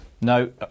No